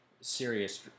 serious